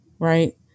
right